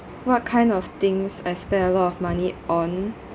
what kind of things I spend a lot of money on